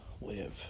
live